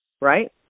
right